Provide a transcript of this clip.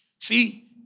See